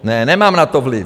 Ne, nemám na to vliv.